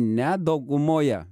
ne daugumoje